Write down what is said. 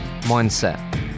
mindset